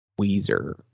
weezer